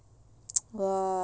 !wah!